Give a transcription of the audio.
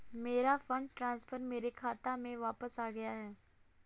मेरा fund transfer मेरे खाते में वापस आ गया है